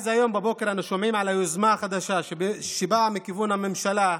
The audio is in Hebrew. היום בבוקר אנו שומעים על היוזמה החדשה שבאה מכיוון הממשלה,